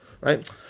right